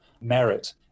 merit